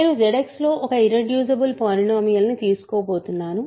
నేను ZX లో ఒక ఇర్రెడ్యూసిబుల్ పాలినోమియల్ ను తీసుకోబోతున్నాను